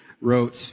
wrote